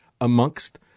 amongst